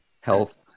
health